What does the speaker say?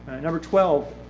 number twelve,